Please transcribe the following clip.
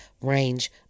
range